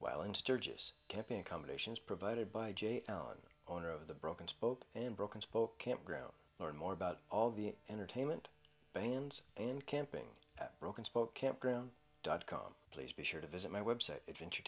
well in sturgis camping accommodations provided by j ohn owner of the broken spoke and broken spoke campground learned more about all the entertainment bands and camping out broken spoke campground dot com please be sure to visit my web site adventure